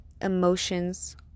emotions